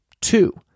Two